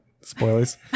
Spoilers